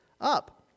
up